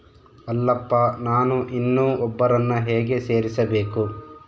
ಅಲ್ಲಪ್ಪ ನಾನು ಇನ್ನೂ ಒಬ್ಬರನ್ನ ಹೇಗೆ ಸೇರಿಸಬೇಕು?